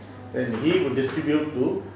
then he will distribute to